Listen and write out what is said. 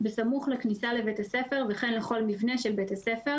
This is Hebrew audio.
(2)בסמוך לכניסה לבית הספר וכן לכל מבנה של בית הספר,